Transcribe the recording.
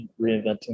reinventing